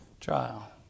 trial